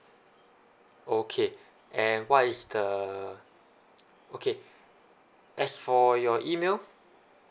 okay and what is the okay as for your email